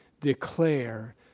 declare